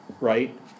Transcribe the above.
Right